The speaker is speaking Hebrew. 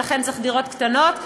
ולכן צריך דירות קטנות.